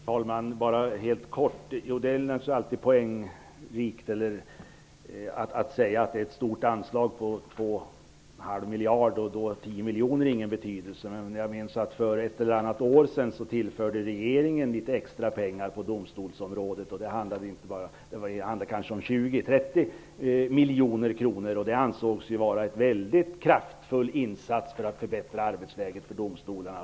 Herr talman! Bara en helt kort replik. Det är naturligtvis alltid en poäng att säga att det är fråga om ett anslag på två och en halv miljard och att 10 miljoner då inte har någon betydelse. Men för ett eller annat år sedan tillförde regeringen litet extra pengar på domstolsområdet -- det handlade kanske om 20 eller 30 miljoner kronor -- och det ansågs vara en väldigt kraftfull insats för att förbättra arbetsläget för domstolarna.